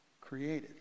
created